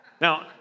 Now